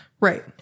Right